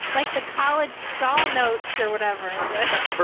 like the college stall notes or whatever that's